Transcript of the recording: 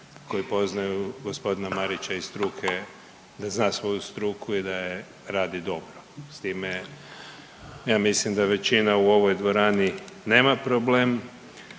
koji poznaju gospodina Marića iz struke, da zna svoju struku i da radi dobro. S time ja mislim da većina u ovoj dvorani nema problem.